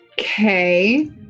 Okay